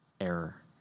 error